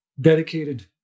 dedicated